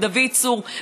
ודוד צור,